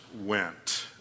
went